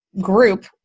group